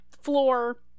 floor